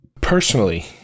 personally